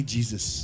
Jesus